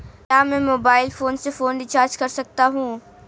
क्या मैं mobile phone से फोन रिचार्ज कर सकता हूं?